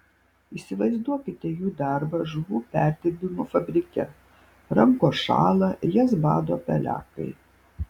įsivaizduokite jų darbą žuvų perdirbimo fabrike rankos šąla jas bado pelekai